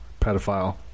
pedophile